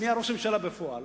שנהיה ראש הממשלה בפועל,